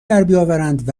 دربیاورند